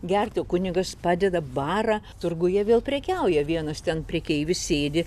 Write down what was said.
gerti o kunigas padeda barą turguje vėl prekiauja vienas ten prekeivis sėdi